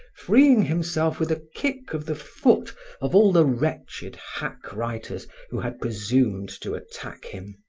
freeing himself with a kick of the foot of all the wretched hack-writers who had presumed to attack him.